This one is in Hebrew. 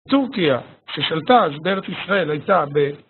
טורקיה, ששלטה אז בארץ ישראל, הייתה ב...